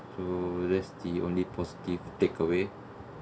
that's the only positive takeaway